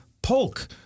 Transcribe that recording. Polk